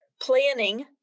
planning